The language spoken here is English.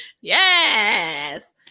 Yes